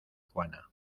juana